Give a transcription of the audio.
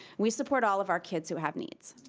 we support all of our kids who have needs.